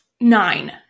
Nine